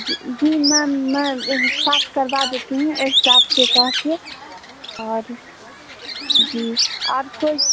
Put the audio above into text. जी जी मैम मैं एह साफ़ करवा देती हूँ स्टाफ से कहकर और जी और कोई